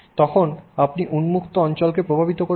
তখন আপনি উন্মুক্ত অঞ্চলকে প্রভাবিত করবেন